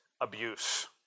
abuse